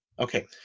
Okay